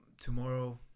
tomorrow